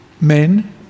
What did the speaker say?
men